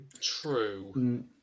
True